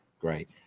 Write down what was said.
great